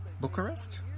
Bucharest